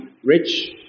Rich